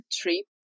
trip